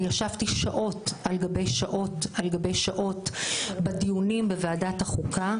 אני ישבתי שעות על גבי שעות על גבי שעות בדיונים בוועדת החוקה,